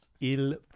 Il